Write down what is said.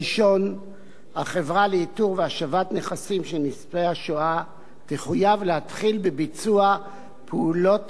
1. החברה לאיתור והשבת נכסים של נספי השואה תחויב להתחיל בביצוע פעולות